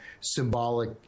symbolic